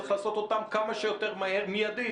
צריך לעשות אותם כמה שיותר מהר, מיידית.